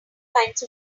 kinds